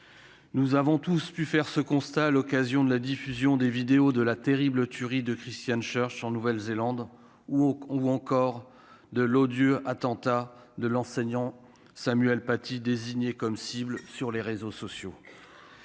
nous avons tous pu faire ce constat à l'occasion de la diffusion des vidéos de la terrible tuerie de Christian Church en Nouvelle Zélande ou au ou encore de l'odieux attentat de l'enseignant Samuel Paty désignés comme cibles sur les réseaux sociaux.